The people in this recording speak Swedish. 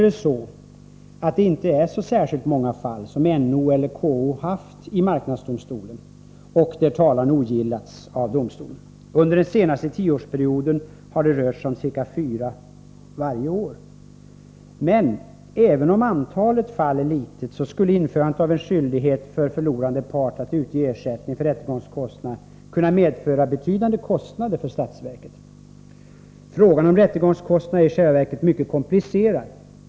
Det är inte så särskilt många fall som NO eller KO haft i marknadsdomstolen och där talan ogillats av domstolen. Under den senaste tioårsperioden har det rört sig om ca fyra fall varje år. Men även om antalet fall är litet, skulle införandet av skyldighet för den förlorande parten att utge ersättning för rättegångskostnader kunna medföra betydande kostnader för statsverket. Frågan om rättegångskostnader är i själva verket mycket komplicerad.